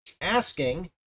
asking